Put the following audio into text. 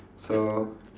so